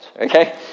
okay